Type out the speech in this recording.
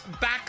back